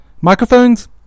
microphones